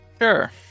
sure